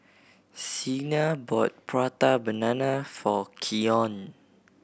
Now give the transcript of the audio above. Siena bought Prata Banana for Keyon